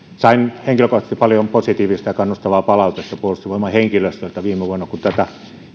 sain henkilökohtaisesti paljon positiivista ja kannustavaa palautetta puolustusvoimain henkilöstöltä viime vuonna kun tätä